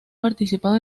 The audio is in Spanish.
participado